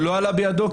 ולא עלה בידו,